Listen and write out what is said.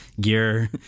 Gear